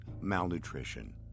malnutrition